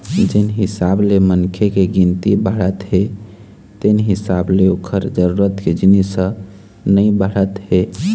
जेन हिसाब ले मनखे के गिनती बाढ़त हे तेन हिसाब ले ओखर जरूरत के जिनिस ह नइ बाढ़त हे